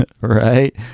right